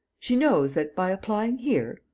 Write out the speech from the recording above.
she knows that, by applying here.